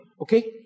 okay